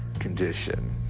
condition,